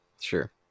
Sure